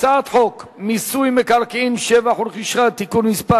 הצעת חוק מיסוי מקרקעין (שבח ורכישה) (תיקון מס'